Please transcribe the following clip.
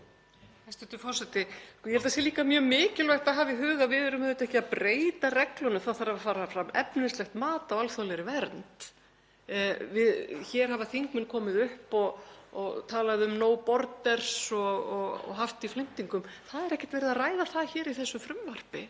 Hæstv. forseti. Ég held að það sé líka mjög mikilvægt að hafa í huga að við erum auðvitað ekki að breyta reglunum. Það þarf að fara fram efnislegt mat á alþjóðlegri vernd. Hér hafa þingmenn komið upp og talað um No Borders og haft það í flimtingum. Það er ekkert verið að ræða það í þessu frumvarpi.